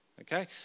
Okay